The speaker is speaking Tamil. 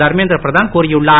தர்மேந்திர பிரதான் கூறியுள்ளார்